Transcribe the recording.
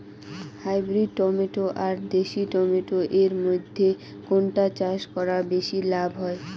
Hybrid tomato আর দেশি tomato এর মইধ্যে কোনটা চাষ করা বেশি লাভ হয়?